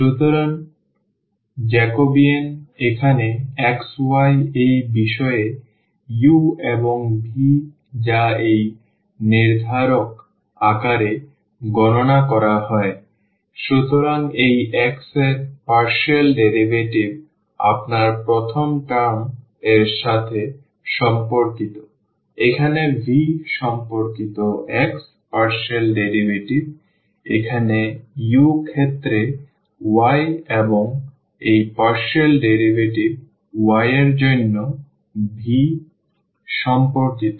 সুতরাং জ্যাকোবিয়ান এখানে xy এই বিষয়ে u এবং v যা এই নির্ধারক আকারে গণনা করা হয় সুতরাং এই x এর পার্শিয়াল ডেরিভেটিভ আপনার প্রথম টার্ম এর সাথে সম্পর্কিত এখানে v সম্পর্কিত x পার্শিয়াল ডেরিভেটিভ এখন u ক্ষেত্রে y এবং এই পার্শিয়াল ডেরিভেটিভ y এর জন্য v সম্পর্কিত